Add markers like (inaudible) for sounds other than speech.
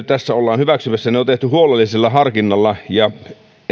(unintelligible) tässä ollaan hyväksymässä on tehty huolellisella harkinnalla ja